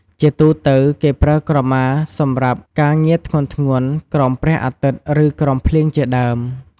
ជាទូទៅ គេប្រើក្រមាសម្រាប់ការងារធ្ងន់ៗ ក្រោមព្រះអាទិត្យ ឬ ក្រោមភ្លៀងជាដើម។